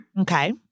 Okay